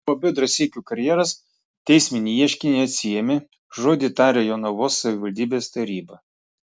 uab drąseikių karjeras teisminį ieškinį atsiėmė žodį tarė jonavos savivaldybės taryba